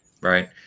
right